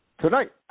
Tonight